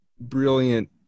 brilliant